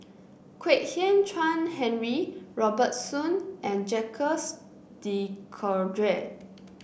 Kwek Hian Chuan Henry Robert Soon and Jacques De Coutre